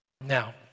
Now